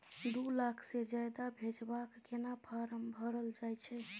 दू लाख से ज्यादा भेजबाक केना फारम भरल जाए छै?